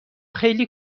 خیلی